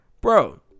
Bro